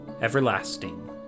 everlasting